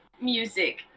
music